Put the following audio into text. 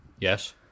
Yes